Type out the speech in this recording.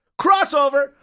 Crossover